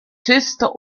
czysto